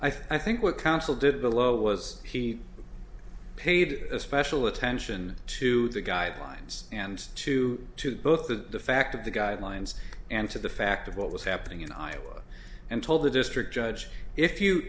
i think what counsel did below was he paid special attention to the guidelines and to to both the fact of the guidelines and to the fact of what was happening in iowa and told the district judge if you